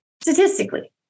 Statistically